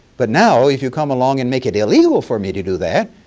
but now if you come along and make it illegal for me to do that,